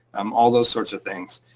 um all those sorts of things.